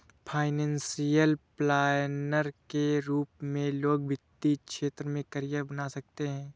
financial planner के रूप में लोग वित्तीय क्षेत्र में करियर बना सकते हैं